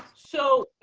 so